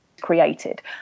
created